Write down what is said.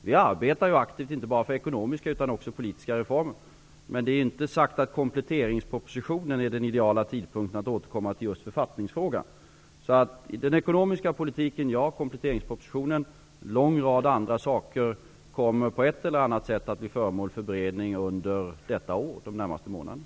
Vi arbetar aktivt, inte bara för ekonomiska utan även för politiska reformer. Men det är inte sagt att kompletteringspropositionens framläggande är den ideala tidpunkten att återkomma till just författningsfrågan. Alltså: När det gäller den ekonomiska politiken är svaret ja, i kompletteringspropositionen. En lång rad andra saker kommer på ett eller annat sätt att bli föremål för beredning under de närmaste månaderna.